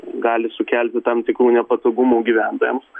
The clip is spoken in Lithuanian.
gali sukelti tam tikrų nepatogumų gyventojams